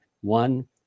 one